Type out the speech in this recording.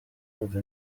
kumva